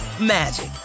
magic